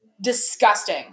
Disgusting